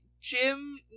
Jim